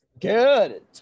Good